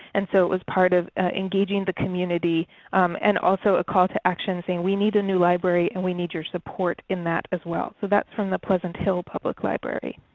and so it was part of engaging the community and also a call to action saying we need a new library and we need your support in that as well. so that is from the pleasant hill public library.